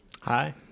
Hi